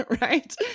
right